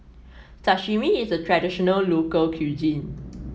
sashimi is a traditional local cuisine